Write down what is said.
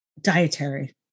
Dietary